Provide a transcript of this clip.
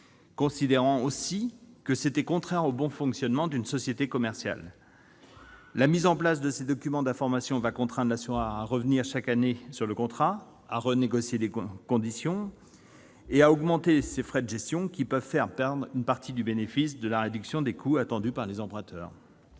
considérant, aussi, que c'était contraire au bon fonctionnement d'une société commerciale. De fait, la mise en place de ces documents d'information va contraindre l'assureur à revenir chaque année sur le contrat, à renégocier les conditions et à augmenter ses frais de gestion, ce qui peut faire perdre une partie du bénéfice de la réduction des coûts attendue par les emprunteurs.